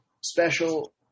special